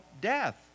death